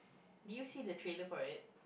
did you see the trailer for it